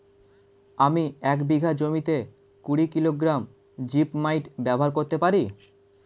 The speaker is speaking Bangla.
আমি এক বিঘা জমিতে কুড়ি কিলোগ্রাম জিপমাইট ব্যবহার করতে পারি?